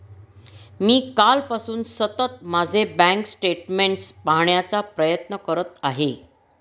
मी कालपासून सतत माझे बँक स्टेटमेंट्स पाहण्याचा प्रयत्न करत आहे